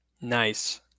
Nice